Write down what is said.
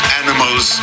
animals